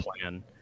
plan